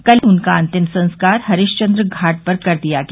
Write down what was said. कल उनका अंतिम संस्कार हरिश्चन्द्र घाट पर कर दिया गया